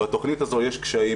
בתכנית הזאת יש קשיים,